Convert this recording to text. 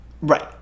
Right